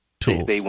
tools